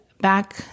back